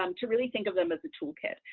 um to really think of them as a toolkit.